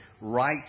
right